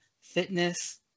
fitness